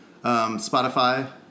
Spotify